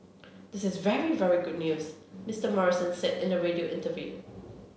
this is very very good news Mister Morrison said in a radio interview